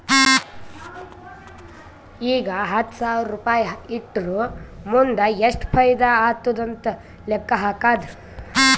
ಈಗ ಹತ್ತ್ ಸಾವಿರ್ ರುಪಾಯಿ ಇಟ್ಟುರ್ ಮುಂದ್ ಎಷ್ಟ ಫೈದಾ ಆತ್ತುದ್ ಅಂತ್ ಲೆಕ್ಕಾ ಹಾಕ್ಕಾದ್